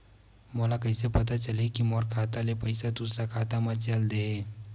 मोला कइसे पता चलही कि मोर खाता ले पईसा दूसरा खाता मा चल देहे?